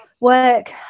work